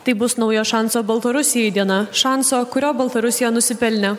tai bus naujas šanso baltarusijai diena šanso kurio baltarusija nusipelnė